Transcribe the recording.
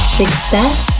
success